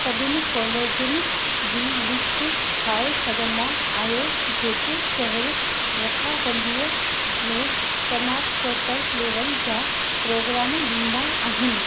सभिनि कोलेजनि जी लिस्ट ठाहे सघंदा आहियो जेके शहेर रथाबंधीअ में स्नातकोतर लेवल जा प्रोग्राम ॾींदा आहिनि